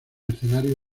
escenario